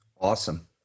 Awesome